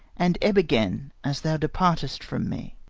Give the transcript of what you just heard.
and ebb again as thou depart'st from me.